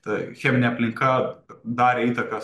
ta cheminė aplinka darė įtaką